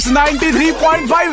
93.5